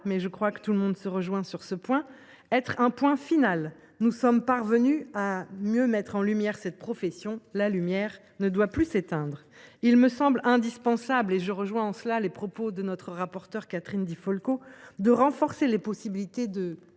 : je crois que tout le monde se rejoint sur ce point. Nous sommes parvenus à mieux mettre en lumière cette profession : cette lumière ne doit plus s’éteindre ! Il me semble indispensable – je rejoins en cela les propos de notre rapporteur Catherine Di Folco – de renforcer les possibilités de